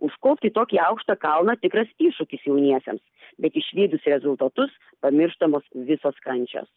užkopti į tokį aukštą kalną tikras iššūkis jauniesiems bet išvydus rezultatus pamirštamos visos kančios